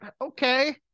Okay